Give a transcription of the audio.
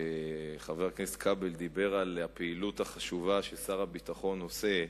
כשחבר הכנסת כבל דיבר על הפעילות החשובה ששר הביטחון עושה,